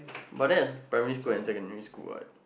but then is primary school and secondary school what